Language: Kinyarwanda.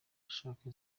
bashaka